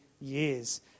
years